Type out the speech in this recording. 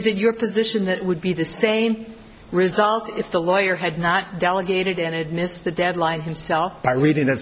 your position that would be the same result if the lawyer had not delegated and it missed the deadline himself by reading